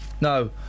no